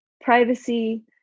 privacy